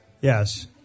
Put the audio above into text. yes